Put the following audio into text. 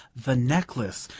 the necklace,